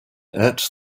ate